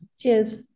Cheers